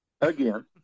Again